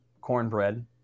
cornbread